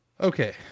Okay